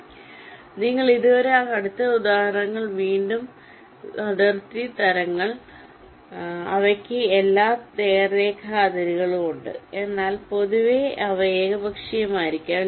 ഞങ്ങൾ ഇതുവരെ എടുത്ത ഉദാഹരണങ്ങൾ വീണ്ടും അതിർത്തി തരങ്ങൾ അവയ്ക്ക് എല്ലാ നേർരേഖ അതിരുകളും ഉണ്ട് എന്നാൽ പൊതുവെ അവ ഏകപക്ഷീയമായിരിക്കാം